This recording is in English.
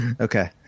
Okay